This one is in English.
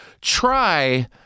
try